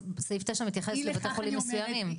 סעיף 9 מתייחס לבתי חולים מסוימים.